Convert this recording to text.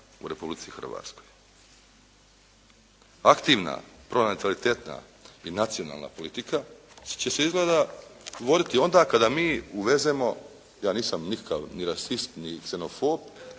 u Republici Hrvatskoj. Aktivna pronatalitetna i nacionalna politika će se izgleda voditi onda kada mi uvezemo ja nisam nikakav ni rasist ni ksenofob,